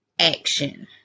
action